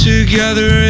Together